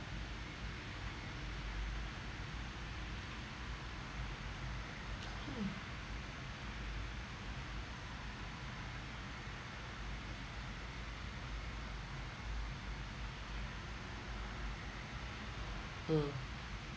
mm